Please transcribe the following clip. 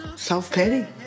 Self-pity